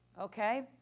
Okay